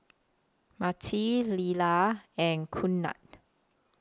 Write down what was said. Marti Lilla and Knute